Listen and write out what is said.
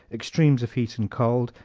extremes of heat and cold,